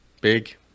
big